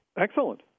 Excellent